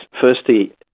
firstly